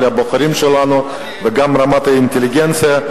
וגם רמת אינטליגנציה,